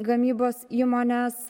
gamybos įmonės